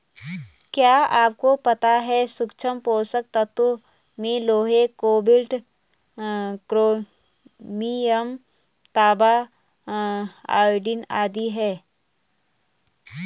क्या आपको पता है सूक्ष्म पोषक तत्वों में लोहा, कोबाल्ट, क्रोमियम, तांबा, आयोडीन आदि है?